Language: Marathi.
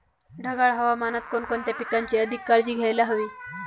ढगाळ हवामानात कोणकोणत्या पिकांची अधिक काळजी घ्यायला हवी?